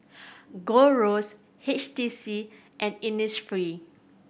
Gold Roast H T C and Innisfree